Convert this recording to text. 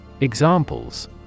Examples